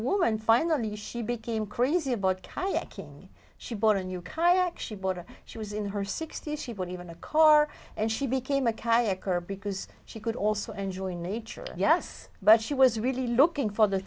woman finally she became crazy about kayaking she bought a new kayak she bought her she was in her sixty's she was even a car and she became a kayaker because she could also enjoy nature yes but she was really looking for the